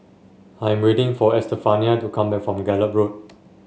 I am waiting for Estefania to come back from Gallop Road